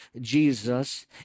Jesus